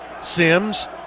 Sims